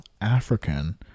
African